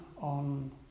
on